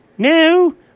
No